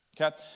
okay